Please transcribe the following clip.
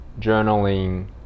journaling